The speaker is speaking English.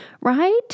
right